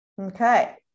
Okay